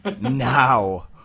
Now